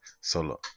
solo